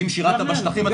ואם שירתת בשטחים,